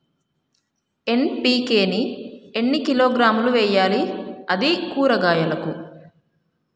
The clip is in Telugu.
ఎన్.పి.కే ని ఎన్ని కిలోగ్రాములు వెయ్యాలి? అది కూరగాయలకు?